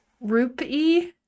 Rupee